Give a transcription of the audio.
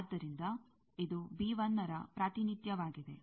ಆದ್ದರಿಂದ ಇದು ರ ಪ್ರಾತಿನಿಧ್ಯವಾಗಿದೆ